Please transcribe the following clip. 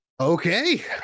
Okay